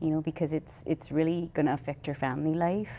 you know because it's it's really going to affect your family life